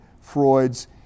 Freud's